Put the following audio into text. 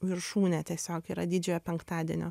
viršūnė tiesiog yra didžiojo penktadienio